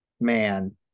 man